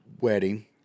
wedding